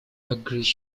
agrees